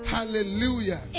Hallelujah